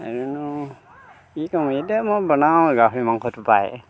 আৰুনো কি ক'ম এতিয়া মই বনাওঁ আৰু গাহৰি মাংসটো প্ৰায়